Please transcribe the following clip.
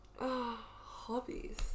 Hobbies